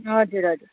हजुर हजुर